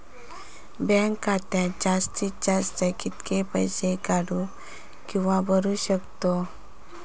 Bank खात्यात जास्तीत जास्त कितके पैसे काढू किव्हा भरू शकतो?